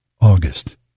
August